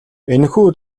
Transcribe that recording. энэхүү